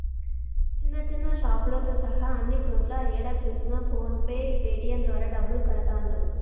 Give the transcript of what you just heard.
చిన్న చిన్న షాపులతో సహా అన్ని చోట్లా ఏడ చూసినా ఫోన్ పే పేటీఎం ద్వారా డబ్బులు కడతాండ్రు